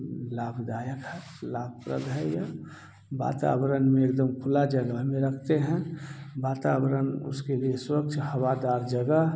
लाभदायक है लाभप्रद है यह वातावरण में एकदम खुला जगह में रखते हैं वातावरण उसके लिए स्वच्छ हवादार जगह